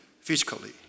physically